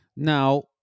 Now